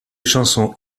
chansons